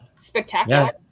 Spectacular